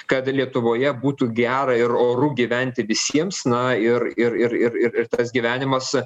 kad lietuvoje būtų gera ir oru gyventi visiems na ir ir ir ir ir ir tas gyvenimas